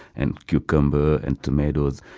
and cucumber and tomatoes.